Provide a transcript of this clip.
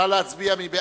נא להצביע.